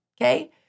okay